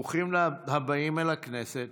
ברוכים הבאים אל הכנסת.